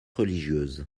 religieuse